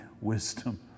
wisdom